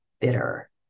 bitter